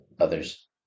others